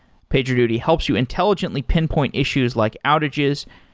pagerduty helps you intelligently pinpoint issues, like outages,